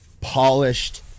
polished